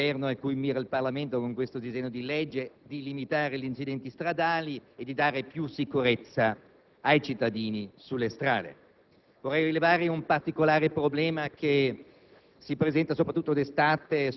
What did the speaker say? condivide pienamente l'obiettivo a cui mirano il Governo e il Parlamento con questo disegno di legge, vale a dire limitare gli incidenti stradali e dare più sicurezza ai cittadini sulle strade.